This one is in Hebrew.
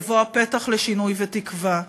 יבוא הפתח לשינוי ותקווה,